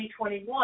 2021